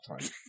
time